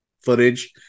footage